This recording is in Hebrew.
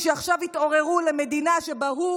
ועכשיו הם התעוררו למדינה שבה הוא,